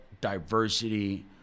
diversity